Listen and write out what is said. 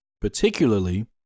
particularly